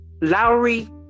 Lowry